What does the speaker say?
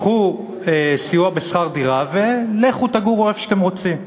קחו סיוע בשכר דירה ולכו תגורו איפה שאתם רוצים.